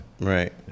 Right